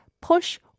push